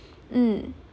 mm